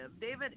david